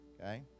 okay